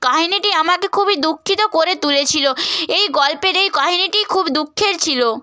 কাহিনিটি আমাকে খুবই দুঃখিত করে তুলেছিল এই গল্পের এই কাহিনিটি খুব দুঃখের ছিল